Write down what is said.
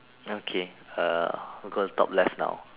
okay uh go to top left now